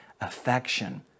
affection